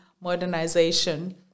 modernization